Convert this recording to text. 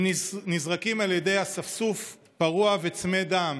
הם נזרקים על ידי אספסוף פרוע וצמא דם,